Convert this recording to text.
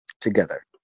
together